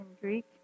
Greek